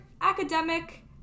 academic